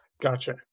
Gotcha